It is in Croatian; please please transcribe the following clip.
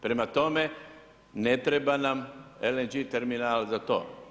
Prema tome ne treba nam LNG terminal za to.